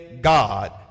God